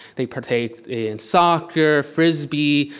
they'd partake in soccer, frisbee.